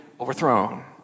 overthrown